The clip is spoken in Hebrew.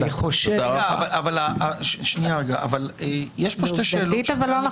יש כאן שתי שאלות.